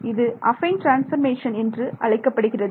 இது affine transformation என்று அழைக்கப்படுகிறது